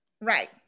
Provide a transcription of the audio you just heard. Right